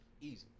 easy